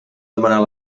demanar